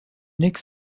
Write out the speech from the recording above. nick